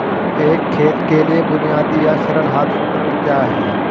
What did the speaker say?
एक खेत के लिए बुनियादी या सरल हाथ उपकरण क्या हैं?